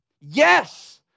Yes